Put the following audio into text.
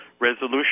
resolution